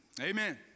Amen